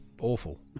awful